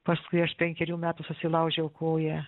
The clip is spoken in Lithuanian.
paskui aš penkerių metų susilaužiau koją